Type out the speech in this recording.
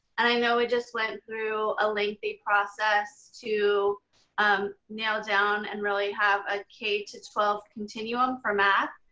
and i know it just went through a lengthy process to um nail down and really have a k to twelve continuum for math.